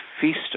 feast